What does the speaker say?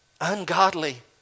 ungodly